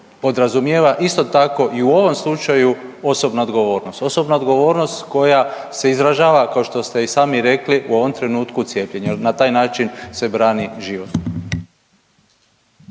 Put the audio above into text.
podrazumijeva isto tako i u ovom slučaju osobna odgovornost, osobna odgovornost koja se izražava kao što ste i sami rekli u ovom trenutku cijepljenje, na taj način se brani život.